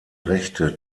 rechte